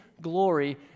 glory